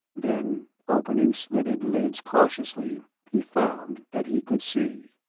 then, opening slitted lids cautiously, he found that he could see.